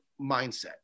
mindset